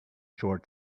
short